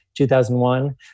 2001